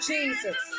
Jesus